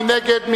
מי נגד?